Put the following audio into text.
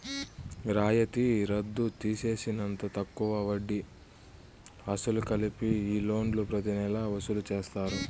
రాయితీ రద్దు తీసేసినంత తక్కువ వడ్డీ, అసలు కలిపి ఈ లోన్లు ప్రతి నెలా వసూలు చేస్తారు